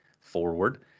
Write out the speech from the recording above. forward